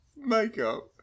makeup